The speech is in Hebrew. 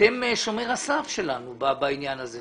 אתם שומר הסף שלנו בעניין הזה.